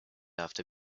after